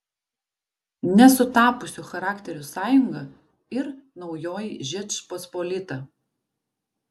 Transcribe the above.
nesutapusių charakterių sąjunga ir naujoji žečpospolita